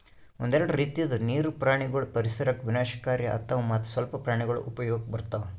ಒಂದೆರಡು ರೀತಿದು ನೀರು ಪ್ರಾಣಿಗೊಳ್ ಪರಿಸರಕ್ ವಿನಾಶಕಾರಿ ಆತವ್ ಮತ್ತ್ ಸ್ವಲ್ಪ ಪ್ರಾಣಿಗೊಳ್ ಉಪಯೋಗಕ್ ಬರ್ತವ್